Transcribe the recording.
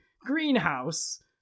greenhouse